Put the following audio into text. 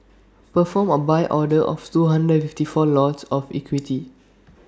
perform A buy order of two hundred and fifty four lots of equity